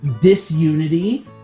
disunity